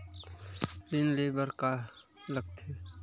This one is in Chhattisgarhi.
ऋण ले बर का का लगथे?